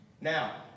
Now